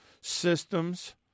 systems